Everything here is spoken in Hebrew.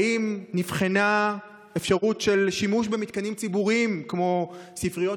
האם נבחנה אפשרות של שימוש במתקנים ציבוריים כמו ספריות